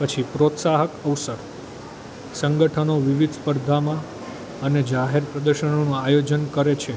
પછી પ્રોત્સાહક અવસર સંગઠનો વિવિધ સ્પર્ધામાં અને જાહેર પ્રદર્શનોનું આયોજન કરે છે